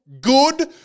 Good